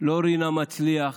לא רינה מצליח,